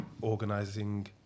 organizing